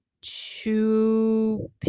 two